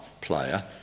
player